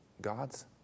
God's